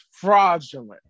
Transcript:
Fraudulent